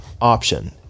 option